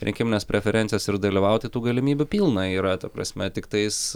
rinkimines preferencijas ir dalyvauti tų galimybių pilna yra ta prasme tiktais